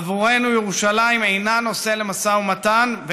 עבורנו ירושלים אינה נושא למשא ומתן,